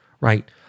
right